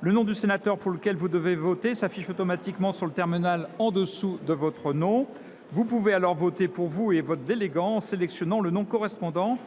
le nom du sénateur pour lequel vous devez voter s’affiche automatiquement sur le terminal en dessous de votre nom. Vous pouvez alors voter pour vous et pour le délégant en sélectionnant le nom correspondant